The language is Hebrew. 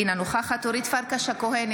אינה נוכחת אורית פרקש הכהן,